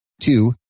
Two